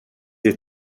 est